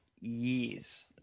years